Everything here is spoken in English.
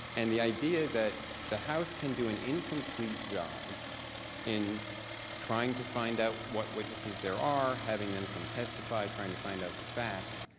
and the idea that the house can do an incomplete job in trying to find out what witnesses there are, having them come testify, trying to find out the facts,